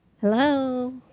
Hello